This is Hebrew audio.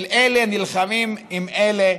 של אלה נלחמים עם אלה,